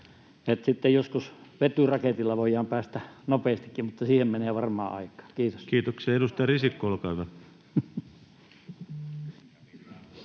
Sitten joskus vetyraketilla voidaan päästä nopeastikin, mutta siihen menee varmaan aikaa. — Kiitos. Kiitoksia. — Edustaja Risikko, olkaa hyvä.